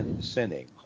sinning